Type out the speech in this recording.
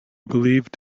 believed